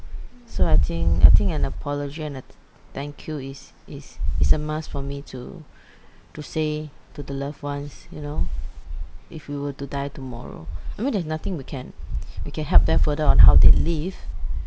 so I think I think an apology and a thank you is is is a must for me to to say to the loved ones you know if you were to die tomorrow I mean there's nothing we can we can help them further on how they live